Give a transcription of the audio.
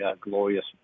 glorious